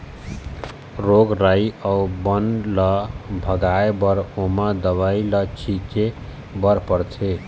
रोग राई अउ बन ल भगाए बर ओमा दवई ल छिंचे बर परथे